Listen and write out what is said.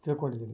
ತಿಳ್ಕೊಂಡಿದ್ದೀನಿ